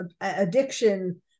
addiction